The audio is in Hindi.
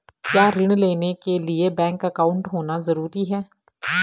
क्या ऋण लेने के लिए बैंक अकाउंट होना ज़रूरी है?